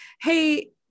hey